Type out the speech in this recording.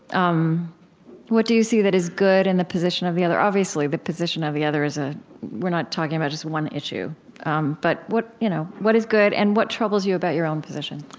um what do you see that is good in the position of the other obviously, the position of the other is ah we're not talking about just one issue um but what you know what is good? and what troubles you about your own position?